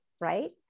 Right